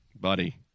Buddy